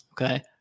Okay